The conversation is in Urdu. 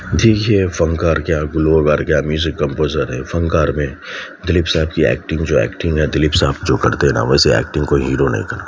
جی یہ فنکار کیا گلوکار کیا میوزک کمپوزر ہیں فنکار میں دلیپ صاحب کی ایکٹنگ جو ایکٹنگ ہے دلیپ صاحب جو کرتے ہیں نا ویسے ایکٹنگ کوئی ہیرو نہیں کرتا